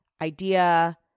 idea